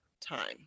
time